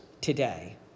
today